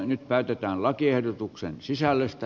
nyt päätetään lakiehdotuksen sisällöstä